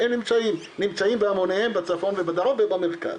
הם נמצאים בהמוניהם בצפון ובדרום ובמרכז.